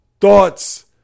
thoughts